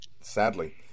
sadly